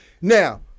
now